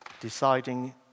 deciding